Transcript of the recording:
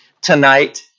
tonight